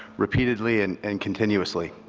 repeatedly and and continuously,